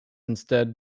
instead